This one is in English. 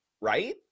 right